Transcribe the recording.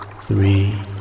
three